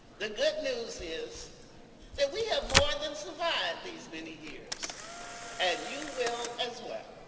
the good news is that we have more than survived these many years and you will as well.